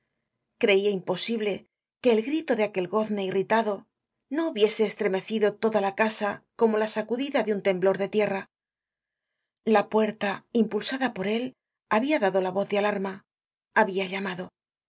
creia imposible que el grito de aquel gozne irritado no hubiese estremecido toda la casa como la sacudida de un temblor de tierra la puerta impulsada por él habia dado la voz de alarma habia llamado el